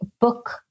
book